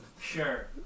Sure